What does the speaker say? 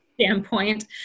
standpoint